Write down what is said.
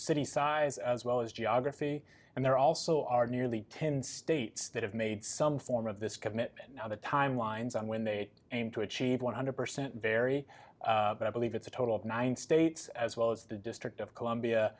cities size as well as geography and there also are nearly ten states that have made some form of this commitment now the timelines on when they aim to achieve one hundred percent very believe it's a total of nine states as well as the district of columbia